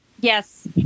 Yes